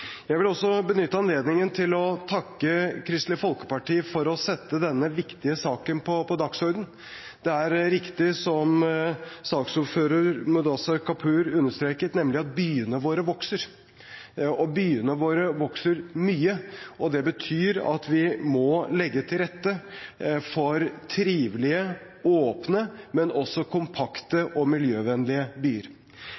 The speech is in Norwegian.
Jeg vil også benytte anledningen til å takke Kristelig Folkeparti for å sette denne viktige saken på dagsordenen. Det er riktig som saksordføreren, Mudassar Kapur, understreket, nemlig at byene våre vokser. Og byene våre vokser mye. Det betyr at vi må legge til rette for trivelige, åpne, men også kompakte